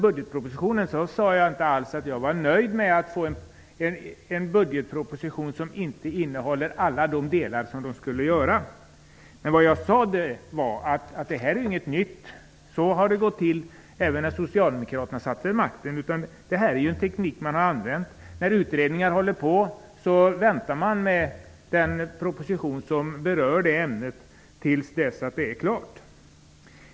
Jag sade inte alls att jag var nöjd med en budgetproposition som inte innehåller alla delar som den borde, utan jag sade att det inte är något nytt. Så har det gått till även när socialdemokraterna satt vid makten; det är en teknik som man har använt. När en utredning pågår väntar man med att lägga fram propositionen som berör det ämnet tills utredningen än klar.